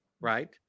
Right